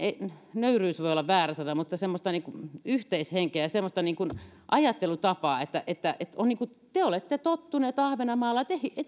nöyryys voi olla väärä sana yhteishenkeä ja semmoista ajattelutapaa että että on niin kuin te olette tottuneet ahvenanmaalla